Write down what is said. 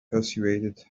persuaded